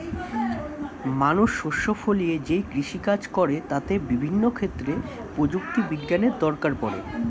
মানুষ শস্য ফলিয়ে যেই কৃষি কাজ করে তাতে বিভিন্ন ক্ষেত্রে প্রযুক্তি বিজ্ঞানের দরকার পড়ে